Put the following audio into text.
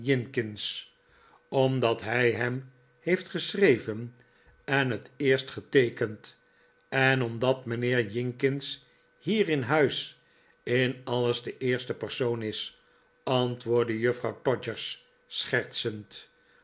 omdat hij hem heeft geschreven en het eerst geteekend en omdat mijnheer jinkins hier in huis in alles de eerste persoon is antwoordde juffrouw todgers schertsend